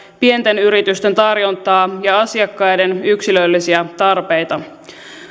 pienten yritysten tarjontaa ja asiakkaiden yksilöllisiä tarpeita